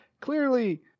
clearly